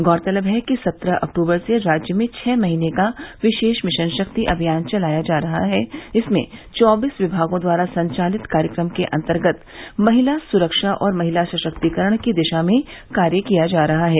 गौरतलब है कि सत्रह अक्टूबर से राज्य में छह महीने का विशेष मिशन शक्ति अभियान चलाया जा रहा हैं इसमें चौबीस विमागों द्वारा संचालित कार्यक्रम के अन्तर्गत महिला सुरक्षा और महिला सशक्तिकरण की दिशा में कार्य किया जा रहा है